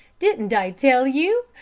didn't i tell you?